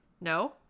no